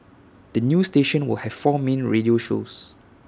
the new station will have four main radio shows